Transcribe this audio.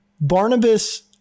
Barnabas